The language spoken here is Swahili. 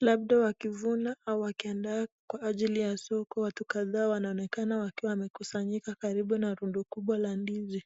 labda wakivuna au wakiandaa kwa ajili ya soko. Watu kadhaa wanaonekana wakiwa wamekusanyika karibu na rundo kubwa la ndizi.